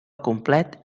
complet